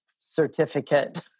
certificate